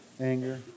anger